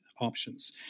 options